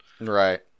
Right